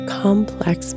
complex